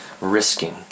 risking